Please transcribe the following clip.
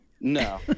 No